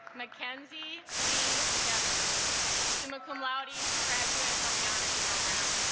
mckenzie leave every summa cum laude graduate of the honors program